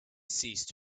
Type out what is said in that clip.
ceased